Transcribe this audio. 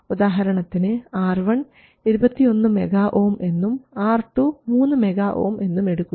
ഉദാഹരണത്തിന് R1 21 MΩ എന്നും R2 3 MΩ എന്നും എടുക്കുക